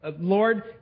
Lord